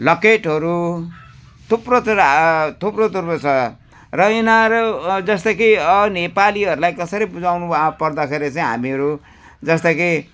लकेटहरू थुप्रो तर हा थुप्रो थुप्रो छ र यिनीहरू अब जस्तै कि अनेपालीहरूलाई कसरी बुझाउनु अब पर्दाखेरि चाहिँ हामीहरू जस्तै कि